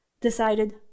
decided